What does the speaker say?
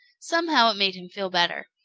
somehow it made him feel better.